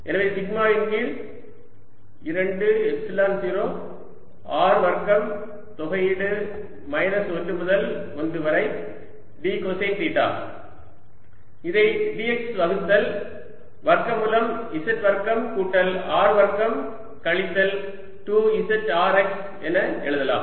எனவே சிக்மா இன் கீழ் 2 எப்சிலன் 0 R வர்க்கம் தொகையீடு மைனஸ் 1 முதல் 1 வரை d கொசைன் தீட்டா இதை dx வகுத்தல் வர்க்கமூலம் z வர்க்கம் கூட்டல் R வர்க்கம் கழித்தல் 2 z R x என எழுதலாம்